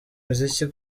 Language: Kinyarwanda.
muziki